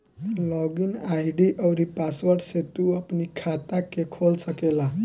log in ID अउरी password से तू अपनी खाता के खोल सकेला